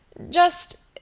just.